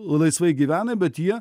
laisvai gyvena bet jie